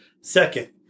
Second